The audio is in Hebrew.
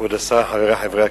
כבוד השר, חברי חברי הכנסת,